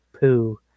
poo